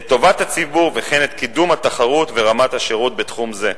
את טובת הציבור וכן את קידום התחרות ורמת השירות בתחום זה.